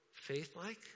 faith-like